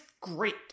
great